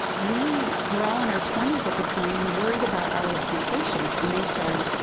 we were all in our twenty s at the time and worried about our reputations. and they said,